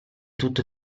tutto